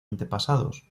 antepasados